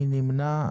מי נמנע?